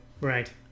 Right